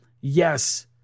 yes